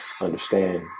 understand